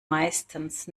meistens